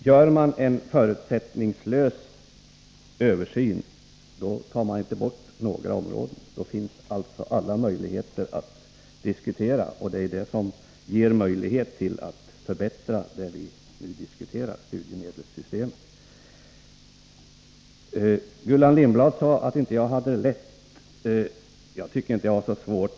Herr talman! Gör man en förutsättningslös översyn tar man inte bort några områden — då kan man alltså diskutera alla möjligheter. Det är det som ger möjlighet att förbättra det vi nu diskuterar, nämligen studiemedelssystemet. Gullan Lindblad sade att jag inte hade det lätt. Jag tycker inte jag har det så svårt.